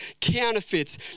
counterfeits